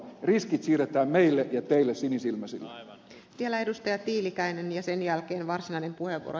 riskit siirretään meille ja teille sinisilmäisille tiellä edustaja tiilikainen ja sen jälkeen varsinainen puheenvuoro